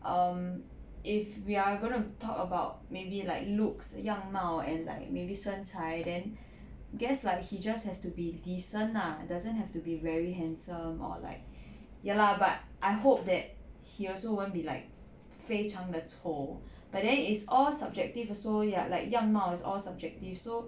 um if we're going to talk about maybe like looks 样貌 and like maybe 身材 then guess like he just has to be decent lah doesn't have to be very handsome or like ya lah but I hope that he also won't be like 非常的丑 but then it's all subjective also ya like 样貌 is all subjective so